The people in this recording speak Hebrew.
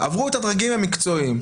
עברו את הדרגים המקצועיים.